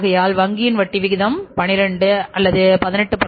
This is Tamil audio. ஆனால்வங்கியின் வட்டி விகிதம் 18